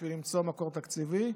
בשביל למצוא מקור תקציבי,